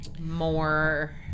more